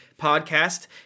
Podcast